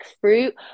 fruit